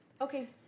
Okay